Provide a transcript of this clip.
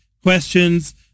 questions